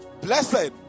blessed